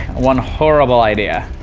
one horrible idea.